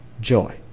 joy